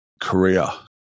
Korea